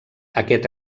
aquest